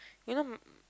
you know m~